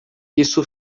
isso